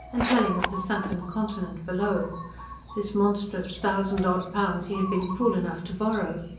and telling of the sunken continent below this monstrous thousand odd pounds he had been fool enough to borrow.